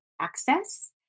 access